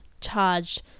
charged